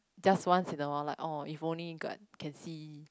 just once in awhile like oh if only god can see